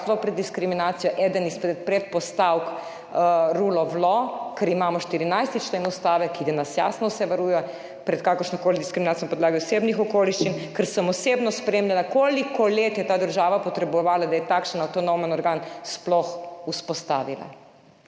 pred diskriminacijo ena izmed predpostavk rule of law, ker imamo 14. člen Ustave, ki nas jasno vse varuje pred kakršnokoli diskriminacijo na podlagi osebnih okoliščin, ker sem osebno spremljala, koliko let je ta država potrebovala, da je takšen avtonomen organ sploh vzpostavila.